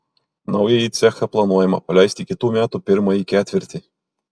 naująjį cechą planuojama paleisti kitų metų pirmąjį ketvirtį